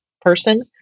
person